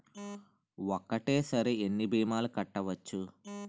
ఒక్కటేసరి ఎన్ని భీమాలు కట్టవచ్చు?